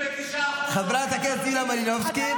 79% רוצים --- חברת הכנסת יוליה מלינובסקי,